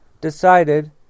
decided